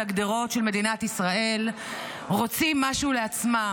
הגדרות של מדינת ישראל רוצים משהו לעצמם,